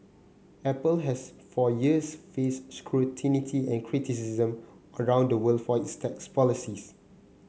apple has for years faced scrutiny and criticism around the world for its tax policies